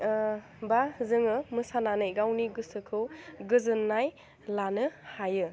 बा जोङो मोसानानै गावनि गोसोखौ गोजोन्नाय लानो हायो